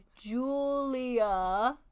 Julia